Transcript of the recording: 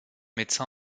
médecin